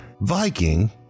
Viking